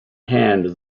hand